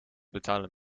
betalen